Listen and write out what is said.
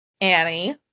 Annie